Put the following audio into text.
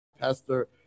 Pastor